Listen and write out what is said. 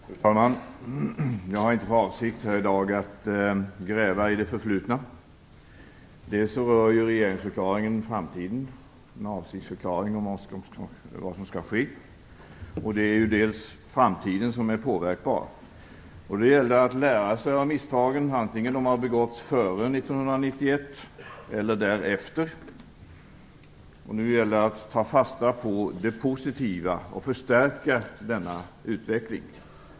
Fru talman! Jag har inte för avsikt att gräva i det förflutna här i dag. För det första gäller regeringsförklaringen framtiden - det är en avsiktsförklaring om vad som skall ske. För det andra är det framtiden som är påverkbar. Det gäller att lära sig av misstagen, vare sig de har begåtts före eller efter 1991, och sedan förstärka den utvecklingen.